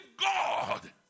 God